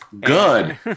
Good